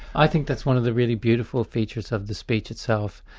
i think that's one of the really beautiful features of the speech itself.